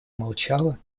молчала